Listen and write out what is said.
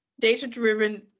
data-driven